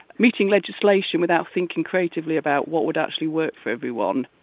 meeting legislation without thinking creatively about what would actually work for everyone.